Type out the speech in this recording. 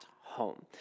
home